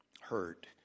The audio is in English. hurt